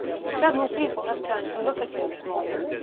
several people have turned to look at you this morning.